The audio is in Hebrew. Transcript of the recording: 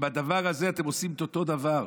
עם הדבר הזה אתם עושים את אותו דבר,